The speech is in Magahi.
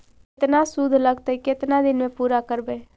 केतना शुद्ध लगतै केतना दिन में पुरा करबैय?